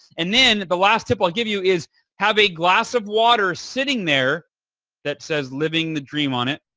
and then the last tip i'll give you is have a glass of water sitting there that says, living the dream, on it.